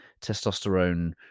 testosterone